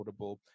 affordable